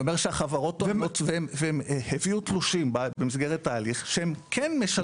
אני אומר שהחברות הביאו תלושים במסגרת ההליך שהם כן משלמים נסיעות.